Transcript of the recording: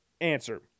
answer